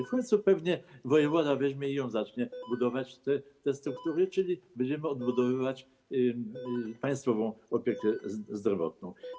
W końcu pewnie wojewoda weźmie się za to i zacznie budować te struktury, czyli będziemy odbudowywać państwową opiekę zdrowotną.